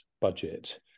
budget